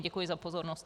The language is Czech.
Děkuji za pozornost.